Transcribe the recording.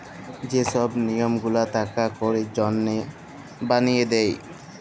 যে ছব লিয়ম গুলা টাকা কড়ির জনহে বালিয়ে দে